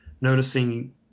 noticing